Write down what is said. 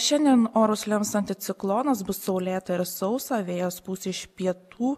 šiandien orus lems anticiklonas bus saulėta ir sausa vėjas pūs iš pietų